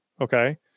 Okay